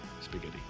spaghetti